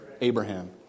Abraham